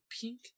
pink